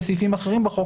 בסעיפים אחרים בחוק,